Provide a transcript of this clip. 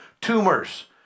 tumors